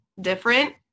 different